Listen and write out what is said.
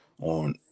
on